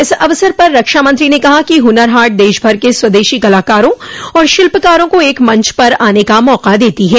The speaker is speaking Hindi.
इस अवसर पर रक्षा मंत्री ने कहा कि हुनर हाट देशभर के स्वदेशी कलाकारों और शिल्पकारों को एक मंच पर आने का मौका देती है